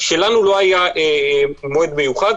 כשלנו לא היה מועד מיוחד,